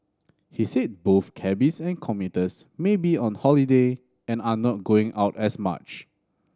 he said both cabbies and commuters may be on holiday and are not going out as much